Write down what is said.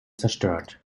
zerstört